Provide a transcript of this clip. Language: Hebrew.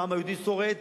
והעם היהודי שורד,